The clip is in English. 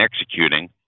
executing